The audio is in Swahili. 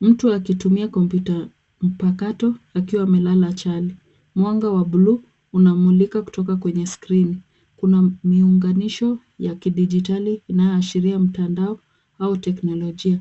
Mtu akitumia komputa mpakato akiwa amelala chali. Mwanga wa bluu unamulika kutoka kwenye skrini. Kuna miunganisho ya kidijitali inayoashiria mtandao au teknolojia.